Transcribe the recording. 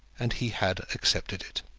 and he had accepted it.